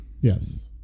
Yes